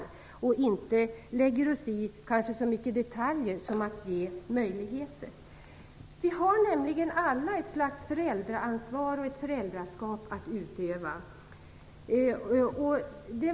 Vi skall kanske inte lägga oss i detaljer så mycket utan ge möjligheter. Vi har nämligen alla ett slags föräldraansvar och ett föräldraskap att utöva.